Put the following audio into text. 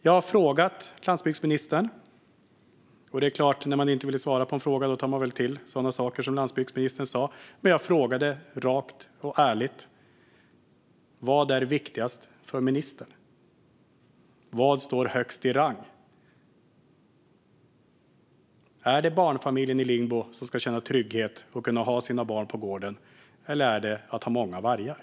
Jag har frågat landsbygdsministern - när man inte vill svara på en fråga säger man väl sådana saker som landsbygdsministern nu sa - rakt och ärligt: Vad är viktigast för ministern? Vad står högst i rang? Är det barnfamiljen i Lingbo, som ska känna trygghet och kunna ha sina barn på gården? Eller är det viktigast att ha många vargar?